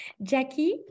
Jackie